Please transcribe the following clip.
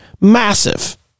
Massive